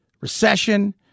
recession